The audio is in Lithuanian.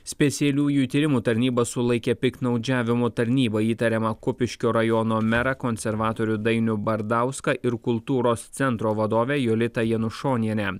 specialiųjų tyrimų tarnyba sulaikė piktnaudžiavimu tarnyba įtariamą kupiškio rajono merą konservatorių dainių bardauską ir kultūros centro vadovę jolitą janušonienę